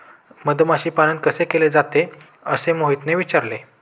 मधमाशी पालन कसे केले जाते? असे मोहितने विचारले